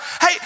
Hey